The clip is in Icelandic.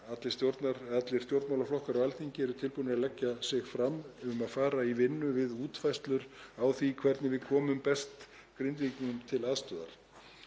allir stjórnmálaflokkar á Alþingi eru tilbúnir að leggja sig fram um að fara í; útfærslur á því hvernig við komum best Grindvíkingum til aðstoðar.